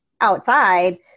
outside